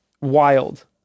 wild